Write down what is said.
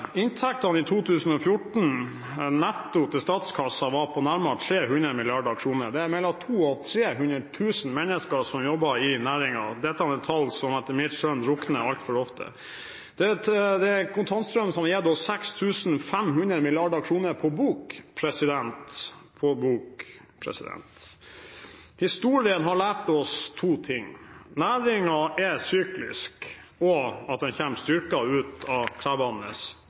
inntektene i 2014 til statskassen netto var på nærmere 300 mrd. kr. Det er mellom 200 000 og 300 000 mennesker som jobber i næringen. Dette er tall som etter mitt skjønn drukner altfor ofte. Dette er en kontantstrøm som har gitt oss 6 500 mrd. kr på bok – på bok. Historien har lært oss to ting: Næringen er syklisk, og man kommer styrket ut av